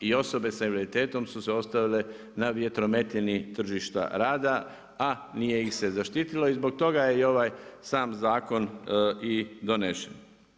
I osobe sa invaliditetom su se ostavila na vjetrometini tržišta rada a nije ih se zaštitilo i zbog je i ovaj sam zakon i donesen.